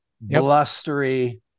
blustery